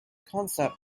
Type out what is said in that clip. concept